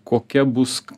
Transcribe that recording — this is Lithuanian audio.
kokia bus